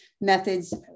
methods